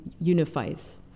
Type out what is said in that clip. unifies